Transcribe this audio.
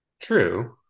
True